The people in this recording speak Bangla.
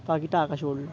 পাখিটা আকাশে ওড়ে